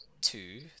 two